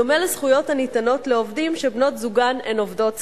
בדומה לזכויות הניתנות לעובדים שבנות-זוגן הן עובדות שכירות.